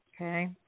Okay